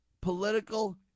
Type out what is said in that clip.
political